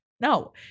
No